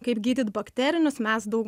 kaip gydyt bakterinius mes daug